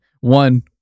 One